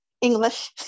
English